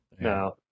No